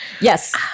Yes